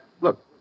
Look